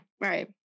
Right